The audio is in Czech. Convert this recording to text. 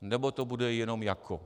Nebo to bude jenom jako.